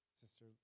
Sister